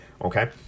Okay